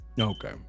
Okay